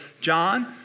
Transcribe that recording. John